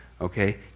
Okay